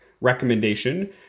recommendation